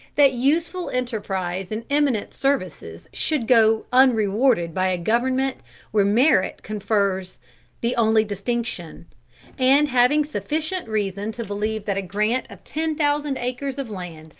that useful enterprise and eminent services should go unrewarded by a government where merit confers the only distinction and having sufficient reason to believe that a grant of ten thousand acres of land,